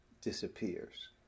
disappears